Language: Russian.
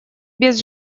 без